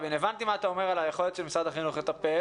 משרד החינוך,